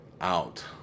out